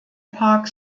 park